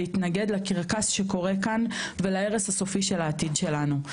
להתנגד לקרקס שקורה כאן ולהרס הסופי של העתיד שלנו.